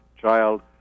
child